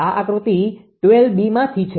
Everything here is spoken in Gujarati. આ આકૃતિ 12માંથી છે